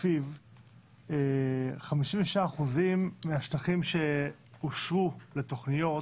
שלפיו 56% מהשטחים שאושרו לתוכניות